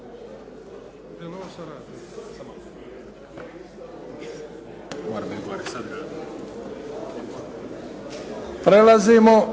Prelazimo